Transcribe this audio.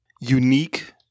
unique